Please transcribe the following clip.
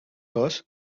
cos